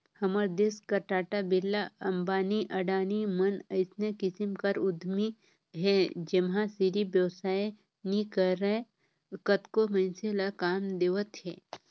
हमर देस कर टाटा, बिरला, अंबानी, अडानी मन अइसने किसिम कर उद्यमी हे जेनहा सिरिफ बेवसाय नी करय कतको मइनसे ल काम देवत हे